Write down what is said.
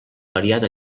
variat